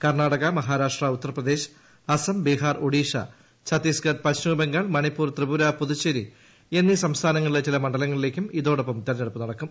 കർണാടക രണ്ടാംഘട്ടത്തിലാണ് മഹാരാഷ്ട്ര ഉത്തർപ്രദേശ് അസം ബീഹാർ ഒഡീഷ ഛത്തീസ്ഗഡ് പശ്ചിമബംഗാൾ മണിപ്പൂർ ത്രിപുര പുതുച്ചേരി എന്നീ സംസ്ഥാനങ്ങളിലെ ചില മണ്ഡലങ്ങളിലേക്കും ഇതോടൊപ്പം തെരഞ്ഞെടുപ്പ് നടക്കും